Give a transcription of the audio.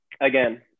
again